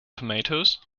tomatoes